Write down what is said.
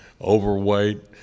overweight